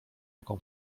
jaką